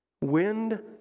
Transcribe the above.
Wind